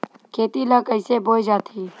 खेती ला कइसे बोय जाथे?